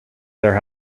their